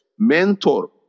mentor